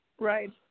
Right